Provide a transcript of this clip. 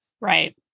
Right